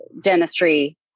dentistry